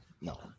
No